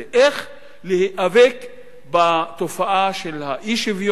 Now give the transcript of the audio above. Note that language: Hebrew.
איך להיאבק בתופעה של האי-שוויון,